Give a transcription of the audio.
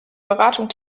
beratung